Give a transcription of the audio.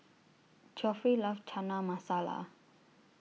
Geoffrey loves Chana Masala